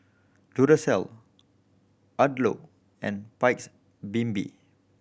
Duracell Odlo and Paik's Bibim